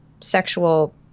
sexual